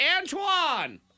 Antoine